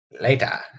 Later